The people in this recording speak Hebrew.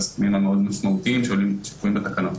הסכומים המאוד משמעותיים שקבועים בתקנות.